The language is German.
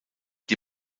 die